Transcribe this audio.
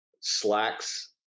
slacks